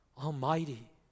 almighty